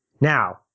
Now